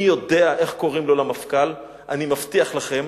מי יודע איך קוראים לו למפכ"ל; אני מבטיח לכם